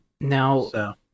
Now